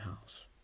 house